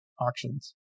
auctions